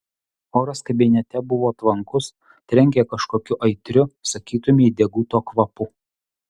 oras kabinete buvo tvankus trenkė kažkokiu aitriu sakytumei deguto kvapu